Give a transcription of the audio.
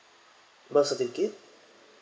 birth certificate